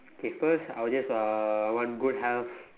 okay first I just want a good health